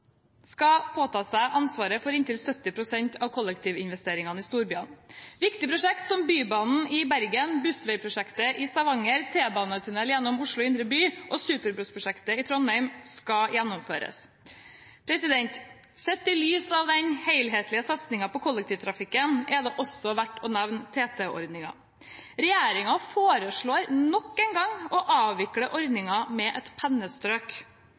skal påta seg ansvaret for inntil 70 pst. av kollektivinvesteringene i storbyene. Viktige prosjekter som Bybanen i Bergen, bussveiprosjektet i Stavanger, T-banetunnelen gjennom Oslo indre by og superbussprosjektet i Trondheim skal gjennomføres. Sett i lys av den helhetlige satsingen på kollektivtrafikken er det også verdt å nevne TT-ordningen. Regjeringen foreslår nok en gang å avvikle ordningen med et pennestrøk,